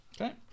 Okay